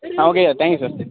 ah okay sir thank you sir